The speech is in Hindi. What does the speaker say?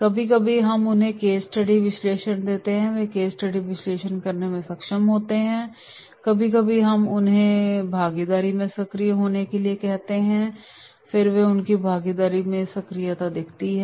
कभी कभी हम उन्हें केस स्टडी विश्लेषण देते हैं और वे केस स्टडी विश्लेषण करने में सक्षम होते हैं कभी कभी हम उन्हें उनकी भागीदारी में सक्रिय होने के लिए कह रहे हैं और वे उनकी भागीदारी में सक्रिय हैं